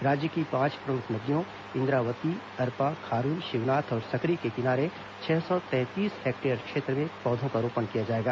राज्य की पांच प्रमुख नदियों इंद्रावती अरपा खारून शिवनाथ और सकरी के किनारे छह सौ तैंतीस हेक्टेयर क्षेत्र में पौधों का रोपण किया जाएगा